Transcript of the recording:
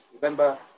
remember